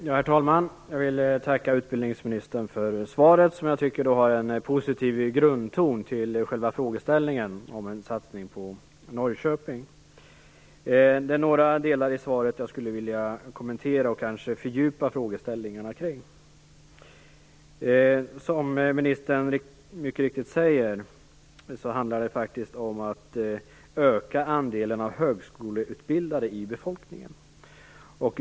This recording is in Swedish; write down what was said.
Herr talman! Jag vill tacka utbildningsministern för svaret, som jag tycker har en positiv grundton när det gäller själva frågeställningen om en satsning på Norrköping. Det är några delar i svaret jag skulle vilja kommentera och kanske fördjupa frågeställningarna kring. Som ministern mycket riktigt säger handlar det om att öka andelen högskoleutbildade i befolkningen.